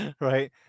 Right